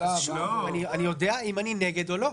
אני יודע אם אני בעד או נגד,